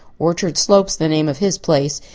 orchard slope's the name of his place.